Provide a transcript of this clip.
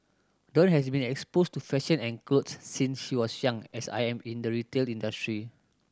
dawn has been exposed to fashion and clothes since she was young as I am in the retail industry